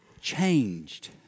changed